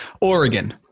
Oregon